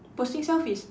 posting selfies